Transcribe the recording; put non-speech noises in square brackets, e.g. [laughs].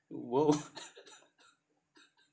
!whoa! [laughs]